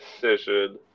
decision